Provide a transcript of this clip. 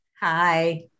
Hi